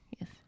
yes